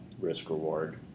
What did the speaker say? risk-reward